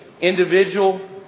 Individual